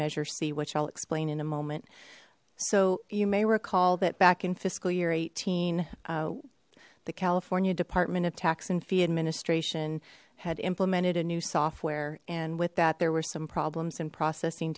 measure c which i'll explain in a moment so you may recall that back in fiscal year eighteen the california department of tax and fee administration had implemented a new software and with that there were some problems in processing